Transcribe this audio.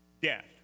death